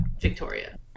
Victoria